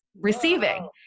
receiving